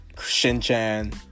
Shin-chan